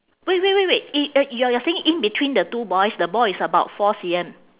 wait wait wait wait eh uh you are you are saying in between the two boys the ball is about four C_M